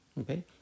Okay